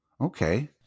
Okay